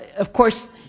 of course,